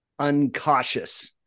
uncautious